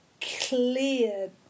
clear